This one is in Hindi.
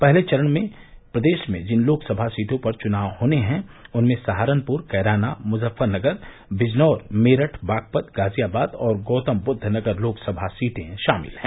पहले चरण में प्रदेश में जिन लोकसभा सीटों पर चुनाव होने हैं उनमें सहारनपुर कैराना मुजफ्फरनगर बिजनौर मेरठ बागपत गाजियाबाद और गौतमबुद्वनगर लोकसभा सीटें शामिल हैं